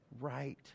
right